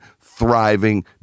thriving